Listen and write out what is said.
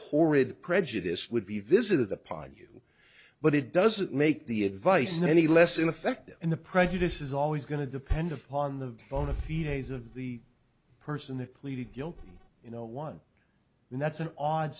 horrid prejudice would be visited upon you but it doesn't make the advice any less effective in the prejudice is always going to depend upon the on a few days of the person that pleaded guilty you know won and that's an odd